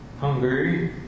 Hungary